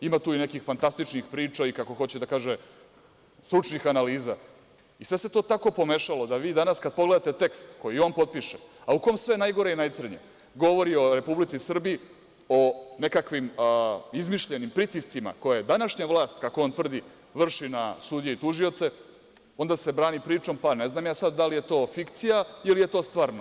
Ima tu nekih fantastičnih priča, i kako hoće da kaže stručnih, analiza i sve se to tako pomešalo, da vi danas kada pogledate tekst koji on potpiše, a u kom je sve najgore i najcrnje, govori o Republici Srbiji, o nekakvim izmišljenim pritiscima, koje današnja vlast, kako on tvrdi vrši na sudije i tužioce, onda se brani pričom, ne znam da li je to sada fikcija ili je to stvarno.